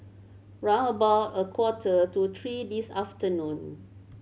round about a quarter to three this afternoon